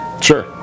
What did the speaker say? Sure